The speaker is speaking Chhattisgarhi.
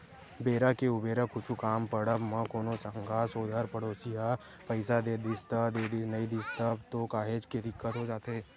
बेरा के उबेरा कुछु काम पड़ब म कोनो संगा सोदर पड़ोसी ह पइसा दे दिस त देदिस नइ दिस तब तो काहेच के दिक्कत हो जाथे